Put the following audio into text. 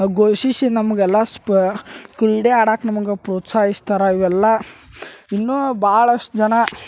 ಘೋಷಿಸಿ ನಮಗೆಲ್ಲ ಸ್ಪ ಕ್ರೀಡೆ ಆಡಕ್ಕೆ ನಮಗೆ ಪ್ರೋತ್ಸಾಹಿಸ್ತಾರೆ ಇವೆಲ್ಲ ಇನ್ನು ಭಾಳಷ್ಟು ಜನ